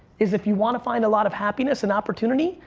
is if you wanna find a lot of happiness and opportunity,